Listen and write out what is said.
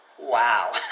Wow